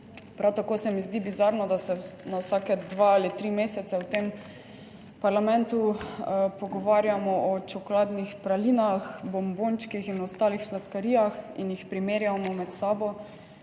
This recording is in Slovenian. Prav tako se mi zdi bizarno, da se na vsake dva ali tri mesece v tem parlamentu pogovarjamo o čokoladnih pralinah, bombončkih in ostalih sladkarijah in jih primerjamo med sabo,